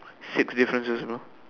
six differences bro